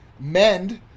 mend